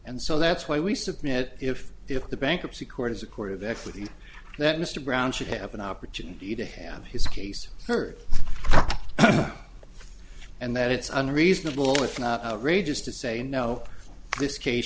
and so that's why we submit if the bankruptcy court is a court of expertise that mr brown should have an opportunity to have his case heard and that it's unreasonable if not rageous to say no this case